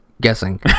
guessing